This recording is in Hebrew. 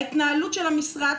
ההתנהלות של המשרד,